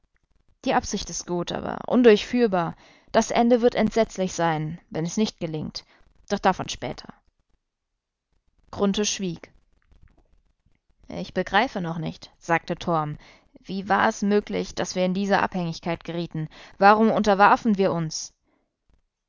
die absicht ist gut aber undurchführbar das ende wird entsetzlich sein wenn es nicht gelingt doch davon später grunthe schwieg ich begreife noch nicht sagte torm wie war es möglich daß wir in diese abhängigkeit gerieten warum unterwarfen wir uns